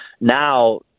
Now